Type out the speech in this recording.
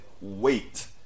wait